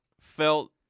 felt